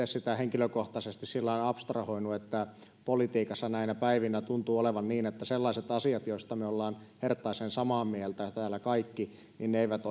sitä henkilökohtaisesti sillä tavalla abstrahoinut että politiikassa näinä päivinä tuntuu olevan niin että sellaiset asiat joista me olemme herttaisen samaa mieltä täällä kaikki eivät